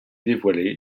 dévoilé